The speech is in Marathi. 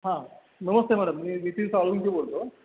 हां नमस्ते मॅडम मी नितीन साळुंखे बोलतो